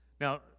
Now